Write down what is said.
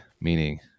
meaning